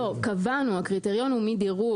לא, קבענו, הקריטריון הוא מדירוג